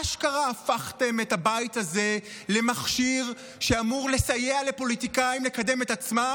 אשכרה הפכתם את הבית הזה למכשיר שאמור לסייע לפוליטיקאים לקדם את עצמם,